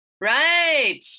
Right